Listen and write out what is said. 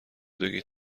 بگید